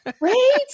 right